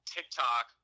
TikTok